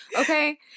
Okay